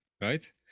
right